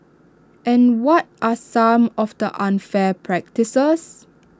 and what are some of the unfair practices